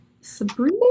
Sabrina